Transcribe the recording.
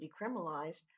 decriminalized